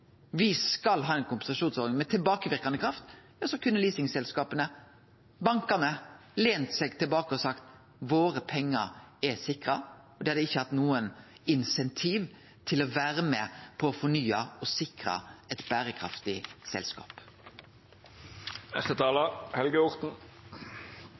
skal ha ei kompensasjonsordning med tilbakeverkande kraft», kunne leasingselskapa og bankane lent seg tilbake og sagt: «Våre pengar er sikra.» Dei hadde ikkje hatt nokon insentiv til å vere med på å fornye og sikre eit berekraftig